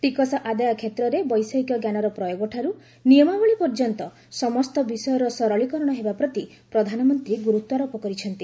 ଟିକସ ଆଦାୟ କ୍ଷେତ୍ରରେ ବୈଷୟିକଜ୍ଞାନର ପ୍ରୟୋଗଠାରୁ ନିୟମାବଳୀ ପର୍ଯ୍ୟନ୍ତ ସମସ୍ତ ବିଷୟର ସରଳୀକରଣ ହେବା ପ୍ରତି ପ୍ରଧାନମନ୍ତ୍ରୀ ଗୁରୁତ୍ୱାରୋପ କରିଛନ୍ତି